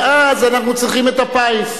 ואז, אנחנו צריכים את הפיס.